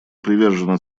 привержены